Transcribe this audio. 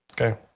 Okay